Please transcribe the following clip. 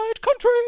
country